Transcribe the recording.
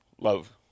love